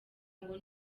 ngo